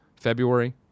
February